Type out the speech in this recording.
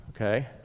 Okay